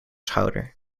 schouder